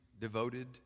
devoted